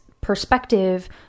perspective